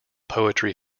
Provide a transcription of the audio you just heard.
poetry